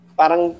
parang